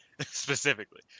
specifically